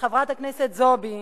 חברת הכנסת זועבי